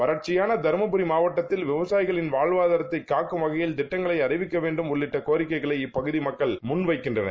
வறட்சியானதருமபுரிமாவட்டத்தில்விவசாயிகளின்வாழ்வாதாரத்தைகாக்கும்வகையி ல்திட்டங்களைஅறிவிக்கவேண்டும்உள்ளிட்டகோரிக்கைகளைஇப்பகுதிமக்கள்முன்வைக்கின்றனர்